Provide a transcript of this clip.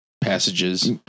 passages